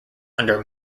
under